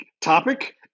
topic